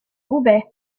roubaix